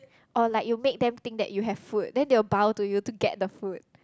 or like you make them think that you have food then they will bow to you to get the food